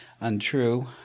untrue